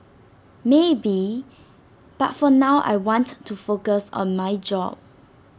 maybe but for now I want to focus on my job